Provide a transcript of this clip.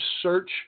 search